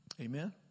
Amen